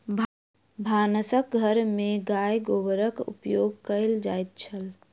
भानस घर में गाय गोबरक उपयोग कएल जाइत छल